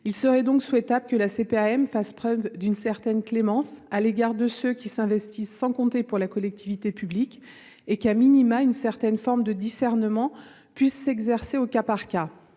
Il serait donc souhaitable que la CPAM fasse preuve d'une certaine clémence à l'égard de ceux qui s'investissent sans compter pour la collectivité publique et d'une certaine forme de discernement selon les cas.